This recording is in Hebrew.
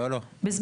לא לא.